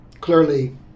clearly